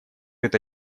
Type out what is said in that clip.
это